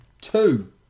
Two